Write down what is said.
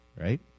right